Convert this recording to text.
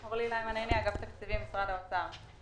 אגף תקציבים, משרד האוצר.